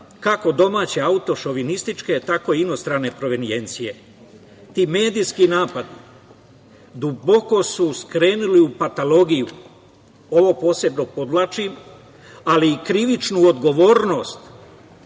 kako domaće autošovinističke, tako i inostrane provenijencije. Ti medijski napadi duboko su skrenuli u patologiju. Ovo posebno podvlačim, ali i krivičnu odgovornost